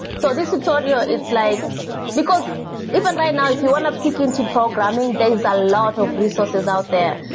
so this tutorial, it's like because even right now, if you want to pique into programming, there's a lot of resources out there.